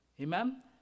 amen